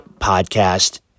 podcast